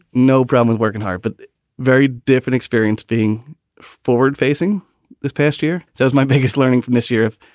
no problem with working hard, but very different experience being forward facing this past year says my biggest learning from this year off,